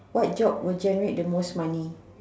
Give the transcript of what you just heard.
what job would generate the most money